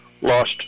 lost